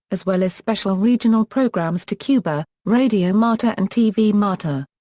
as well as special regional programs to cuba, radio marti and tv marti.